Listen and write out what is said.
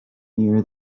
near